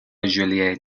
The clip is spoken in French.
joliet